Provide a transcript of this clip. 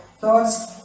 thoughts